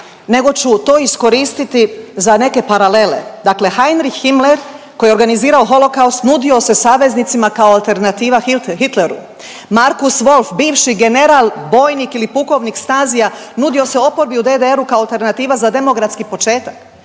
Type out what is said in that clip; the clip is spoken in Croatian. nego ću to iskoristiti za neke paralele. Dakle, Heinrich Himmler koji je organizirao holokaust nudio se saveznicima kao alternativa Hitleru, Markus Wolf bivši general bojnik ili pukovnik Stasija nudio se oporbi u DDR-u kao alternativa za demokratski početak,